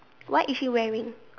what is he wearing